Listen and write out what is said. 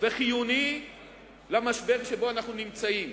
וחיוני למשבר שבו אנחנו נמצאים.